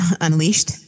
unleashed